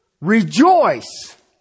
Rejoice